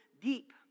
deep